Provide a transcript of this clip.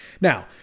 Now